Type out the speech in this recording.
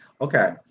okay